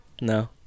No